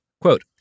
Quote